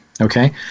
Okay